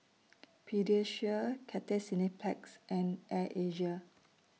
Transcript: Pediasure Cathay Cineplex and Air Asia